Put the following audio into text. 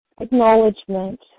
acknowledgement